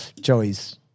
Joey's